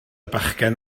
bachgen